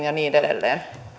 ja niin edelleen